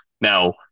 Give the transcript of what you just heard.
Now